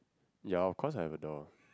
ya of course have a door